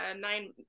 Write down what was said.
nine